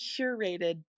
curated